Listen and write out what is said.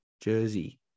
jersey